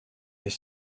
est